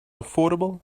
affordable